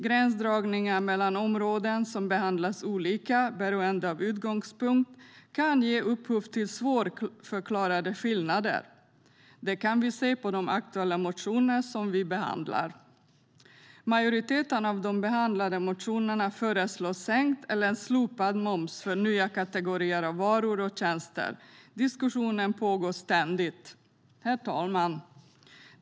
Gränsdragningar mellan områden som behandlas olika, beroende på utgångspunkt, kan ge upphov till svårförklarade skillnader. Det kan vi se på de aktuella motioner som vi behandlar. Majoriteten av de behandlade motionerna föreslår sänkt eller slopad moms för nya kategorier av varor och tjänster. Diskussionen pågår ständigt. Herr talman!